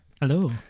Hello